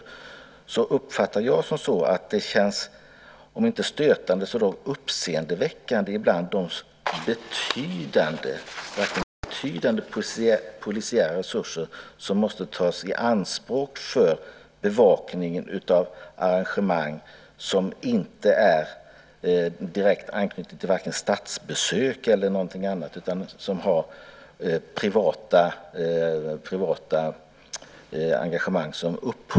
Likväl uppfattar jag att det med begränsade resurser känns om inte stötande så uppseendeväckande med de ibland betydande polisiära resurser som måste tas i anspråk för bevakningen av arrangemang som inte är direkt anknutna till statsbesök eller något annat utan som är mer av privat karaktär.